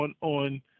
on –